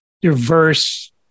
diverse